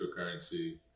cryptocurrency